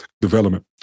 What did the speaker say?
development